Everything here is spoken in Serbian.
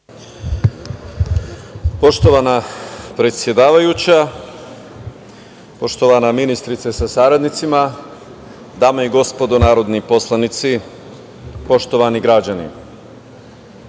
Poštovana predsedavajuća, poštovana ministrice sa saradnicima, dame i gospodo narodni poslanici, poštovani građani,